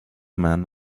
men